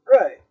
right